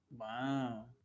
Wow